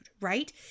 right